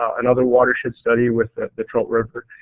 another watershed study with the trout river.